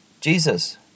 Jesus